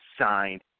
signed